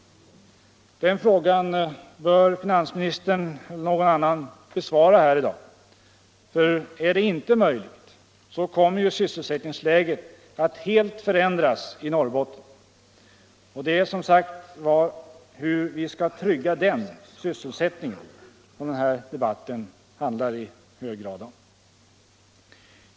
Den frågan bör finansministern eller någon annan besvara här i dag. För är det inte möjligt kommer ju sysselsättningsläget att helt förändras i Norrbotten. Och det är, som sagt var, hur vi skall trygga sysselsättningen som den här debatten i hög grad gäller.